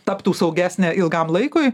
taptų saugesnė ilgam laikui